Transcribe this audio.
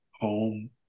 home